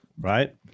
Right